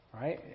Right